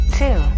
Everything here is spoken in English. two